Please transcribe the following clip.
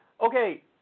Okay